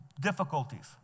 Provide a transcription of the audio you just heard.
difficulties